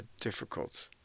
difficult